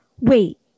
wait